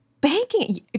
banking